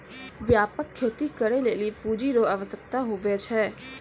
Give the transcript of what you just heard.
व्यापक खेती करै लेली पूँजी रो आवश्यकता हुवै छै